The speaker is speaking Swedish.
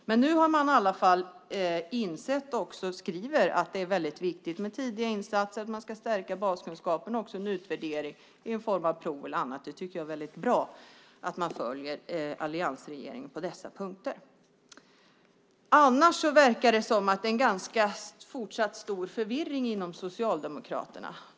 Nu har man insett och skriver att det är viktigt med tidiga insatser, att man ska stärka baskunskaperna och göra en utvärdering i form av prov eller annat. Jag tycker att det är bra att man följer alliansregeringen på dessa punkter. Annars verkar det vara en fortsatt ganska stor förvirring inom Socialdemokraterna.